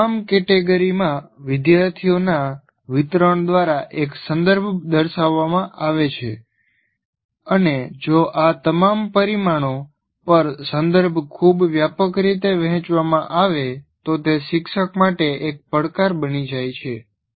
આ તમામ કેટેગરીમાં વિદ્યાર્થીઓના વિતરણ દ્વારા એક સંદર્ભ દર્શાવવામાં આવે છે અને જો આ તમામ પરિમાણો પર સંદર્ભ ખૂબ વ્યાપક રીતે વહેંચવામાં આવે તો તે શિક્ષક માટે એક પડકાર બની જાય છે